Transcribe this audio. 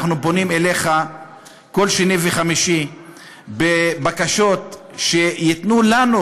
אנחנו פונים אליך כל שני וחמישי בבקשות שייתנו לנו,